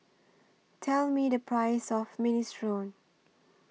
Tell Me The Price of Minestrone